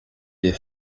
des